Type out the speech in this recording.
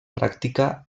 pràctica